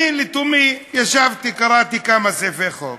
אני, לתומי, ישבתי, קראתי כמה סעיפי חוק,